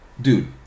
dude